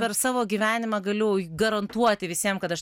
per savo gyvenimą galiu garantuoti visiem kad aš